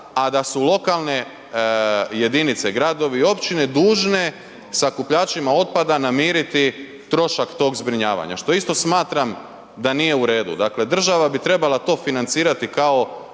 a da su lokalne jedinice gradovi i općine dužne sakupljačima otpada namiriti trošak tog zbrinjavanja. Što isto smatram da nije u redu. Dakle, država bi trebala to financirati kao